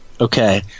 Okay